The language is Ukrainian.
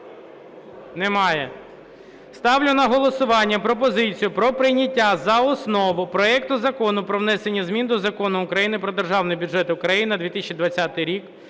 Немає. Ставлю на голосування пропозицію про прийняття за основу проекту Закону про внесення змін до Закону України "Про Державний бюджет України на 2020 рік"